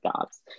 jobs